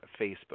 Facebook